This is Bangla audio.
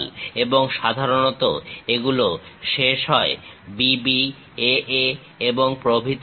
এবং সাধারণত এগুলো শেষ হয় B B A A এবং প্রভৃতি দিয়ে